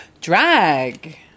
Drag